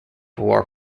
war